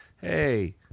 Hey